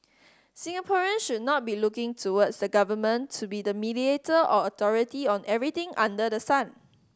Singaporeans should not be looking towards the government to be the mediator or authority on everything under the sun